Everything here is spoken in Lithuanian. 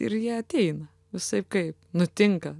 ir jie ateina visaip kaip nutinka